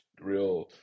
real